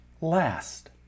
last